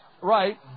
right